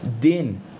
Din